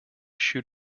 shoot